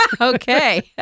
Okay